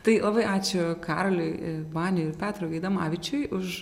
tai labai ačiū karoliui baniui ir petrui gaidamavičiui už